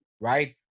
right